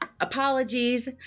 Apologies